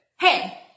Hey